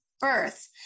birth